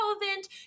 relevant